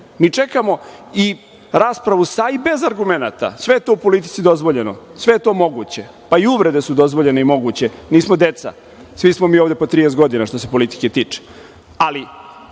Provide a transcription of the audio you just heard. Mi čekamo i raspravu sa i bez argumenata. Sve je to u politici dozvoljeno, sve je to moguće, pa i uvrede su dozvoljene i moguće, nismo deca. Svi smo mi ovde po 30 godina, što se politike tiče, ali